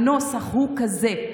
הנוסח הוא כזה,